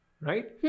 Right